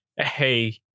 Hey